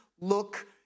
look